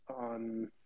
on